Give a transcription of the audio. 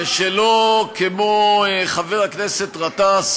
ולא כמו חבר הכנסת גטאס,